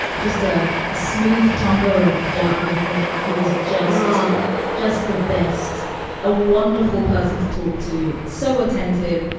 just ah a smooth tumbler of dark liquor. he was just um just the best a wonderful person to talk to. so attentive,